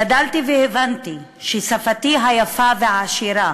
גדלתי והבנתי ששפתי היפה והעשירה,